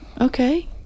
Okay